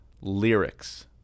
lyrics